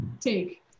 take